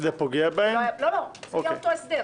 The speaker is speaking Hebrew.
זה יהיה אותו הסדר.